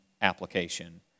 application